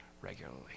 regularly